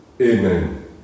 Amen